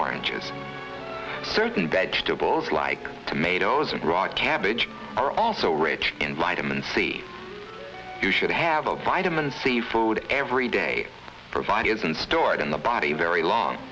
oranges certain vegetables like tomatoes and broad cabbage are also rich in vitamin c you should have a vitamin c food every day provide isn't stored in the body very long